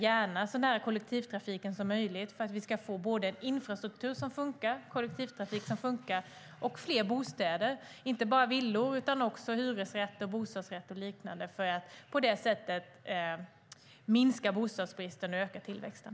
Gärna så nära kollektivtrafiken som möjligt för att vi ska få både infrastruktur som funkar, kollektivtrafik som funkar och fler bostäder, inte bara villor utan också hyresrätter, bostadsrätter och liknande för att på det sättet minska bostadsbristen och öka tillväxten.